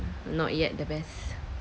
not yet the best